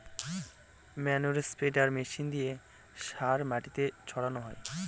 ম্যানুরে spreader machine দিয়ে সার মাটিতে ছড়ানো হয়